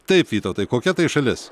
taip vytautai kokia tai šalis